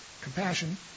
compassion